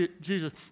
Jesus